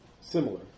similar